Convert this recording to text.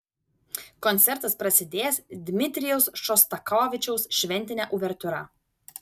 koncertas prasidės dmitrijaus šostakovičiaus šventine uvertiūra